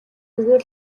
зүгээр